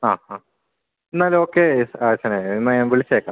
ആ ആ എന്നാൽ ഓക്കേ യെസ് ആശാനെ എന്നാൽ ഞാൻ വിളിച്ചേക്കാം